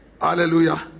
Hallelujah